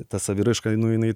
ta saviraiška nu jinai